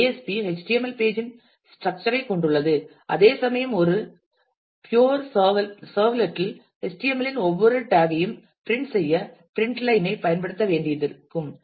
B HTML page இன் structure ஐ கொண்டுள்ளது அதேசமயம் ஒரு புயர் சர்வ்லெட் இல் HTML இன் ஒவ்வொரு டாக் ஐயும் பிரிண்ட் செய்ய பிரிண்ட் லைன் ஐ பயன்படுத்த வேண்டியிருக்கும்